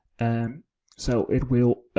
and so it will,